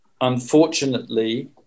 unfortunately